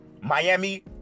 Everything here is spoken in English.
Miami